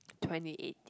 twenty eighteen